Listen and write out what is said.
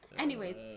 anyways